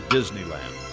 Disneyland